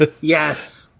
Yes